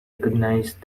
recognised